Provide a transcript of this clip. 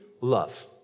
love